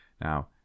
Now